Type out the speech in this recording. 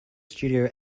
studio